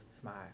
smile